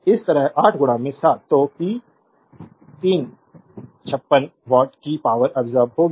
इस तरह 87 तो पी 3 56 वाट की पावर अब्सोर्बेद होगी